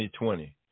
2020